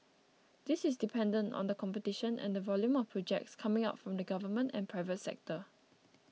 this is dependent on the competition and the volume of projects coming out from the government and private sector